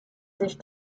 sich